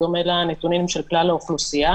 בדומה לנתונים של כלל האוכלוסייה.